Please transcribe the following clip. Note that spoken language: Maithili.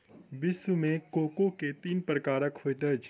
विश्व मे कोको के तीन प्रकार होइत अछि